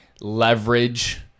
leverage